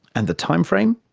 and the time frame?